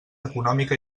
econòmica